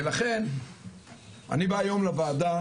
ולכן אני בא היום לוועדה,